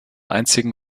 einzigen